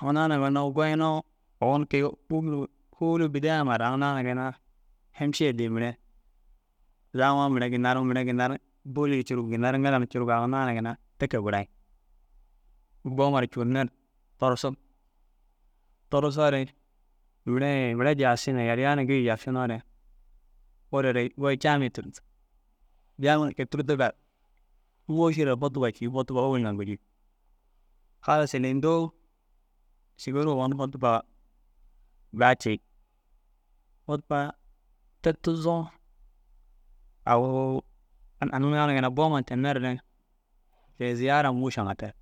Aŋ naana goyinoo owoni kêi buu hôluu bidaya mire aŋ naana hêmiše dîi mire ranuŋoo mire mire ginna ru bôlu curuu, ginna ru ŋîla curuu aŋ naana ginna te kee barayiŋ. Bo huma ru curunne re torosig. Torosore mire jayašin yaliya na gii jayašinoore wuure gii jamiye tûrtug. Jamiye kôi tûrtuga ru moošir kutuba jii kutuba ôwel bediŋ. Salah silendoo šigir owon kutuba daa cii kutuba te tuzoo agu aŋ naana boma tenne re kêi ziyara mošaa ŋa terig.